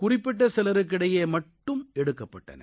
குறிப்பிட்ட சிலருக்கிடையே மட்டுமே எடுக்கப்பட்டன